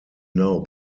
now